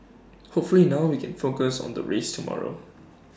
hopefully now we can focus on the race tomorrow